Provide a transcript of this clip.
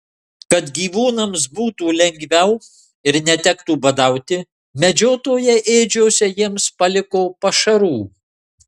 kad gyvūnams būtų lengviau ir netektų badauti medžiotojai ėdžiose jiems paliko pašarų